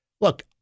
look